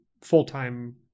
full-time